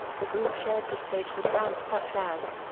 the group shared the stage with bands such as,